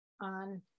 on